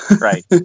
Right